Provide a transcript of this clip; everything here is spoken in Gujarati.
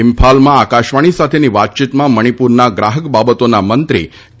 ઇમ્ફાલમાં આકાશવાણી સાથેની વાતચીતમાં મણિપુરના ગ્રાહક બાબતોના મંત્રી કે